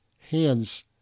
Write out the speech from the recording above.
hands